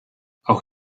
auch